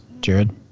Jared